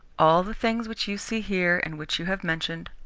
all the things which you see here and which you have mentioned,